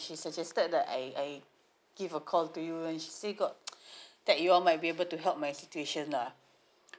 she suggested that I I give a call to you and she say got that you all might be able to help my situation lah